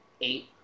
eight